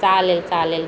चालेल चालेल